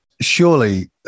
surely